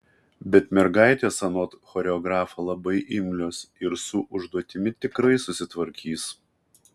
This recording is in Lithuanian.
bet mergaitės anot choreografo labai imlios ir su užduotimi tikrai susitvarkys